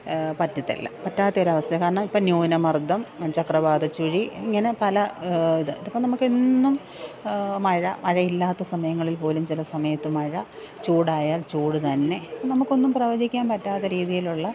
പറ്റത്തില്ല പറ്റാത്തയൊരവസ്ഥയാണ് കാരണം ഇപ്പം ന്യൂനമര്ദ്ദം ചക്രവാതച്ചുഴി ഇങ്ങനെ പല ഇത് ഇതിപ്പം നമ്മൾക്കെന്നും മഴ മഴയില്ലാത്ത സമയങ്ങളില് പോലും ചില സമയത്ത് മഴ ചൂടായാല് ചൂട് തന്നെ നമുക്കൊന്നും പ്രവചിക്കാന് പറ്റാത്ത രീതിയിലുള്ള